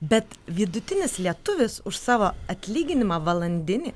bet vidutinis lietuvis už savo atlyginimą valandinį